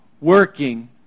Working